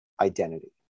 identity